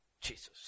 Jesus